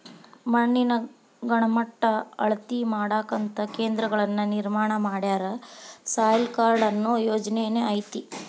ಮಣ್ಣಿನ ಗಣಮಟ್ಟಾ ಅಳತಿ ಮಾಡಾಕಂತ ಕೇಂದ್ರಗಳನ್ನ ನಿರ್ಮಾಣ ಮಾಡ್ಯಾರ, ಸಾಯಿಲ್ ಕಾರ್ಡ ಅನ್ನು ಯೊಜನೆನು ಐತಿ